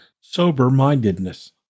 sober-mindedness